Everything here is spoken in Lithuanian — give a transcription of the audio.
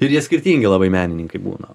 ir jie skirtingi labai menininkai būna